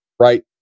right